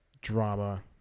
drama